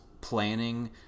planning